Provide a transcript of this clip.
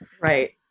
Right